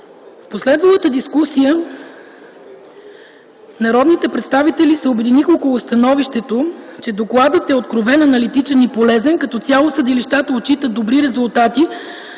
В последвалата дискусия народните представители се обединиха около становището, че докладът е откровен, аналитичен и полезен. Като цяло съдилищата отчитат добри резултати